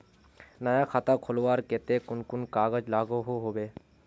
नया खाता खोलवार केते कुन कुन कागज लागोहो होबे?